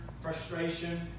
Frustration